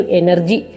energy